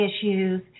issues